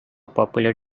popular